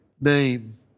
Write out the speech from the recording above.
name